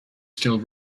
still